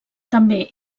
també